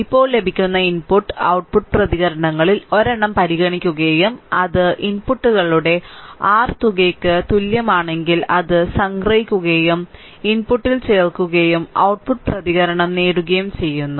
ഇപ്പോൾ ലഭിക്കുന്ന input output പ്രതികരണങ്ങളിൽ ഒരെണ്ണം പരിഗണിക്കുകയും അത് ഇൻപുട്ടുകളുടെ r തുകയ്ക്ക് തുല്യമാണെങ്കിൽ അത് സംഗ്രഹിക്കുകയും ഇൻപുട്ടിൽ ചേർക്കുകയും ഔട്ട്പുട്ട് പ്രതികരണം നേടുകയും ചെയ്യുന്നു